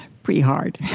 pretty hard.